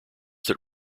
that